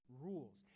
rules